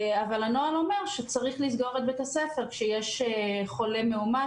אבל הנוהל אומר שצריך לסגור את בית הספר כשיש חולה מאומת,